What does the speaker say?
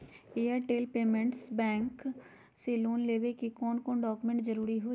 Airtel payments bank से loan लेवे के ले कौन कौन डॉक्यूमेंट जरुरी होइ?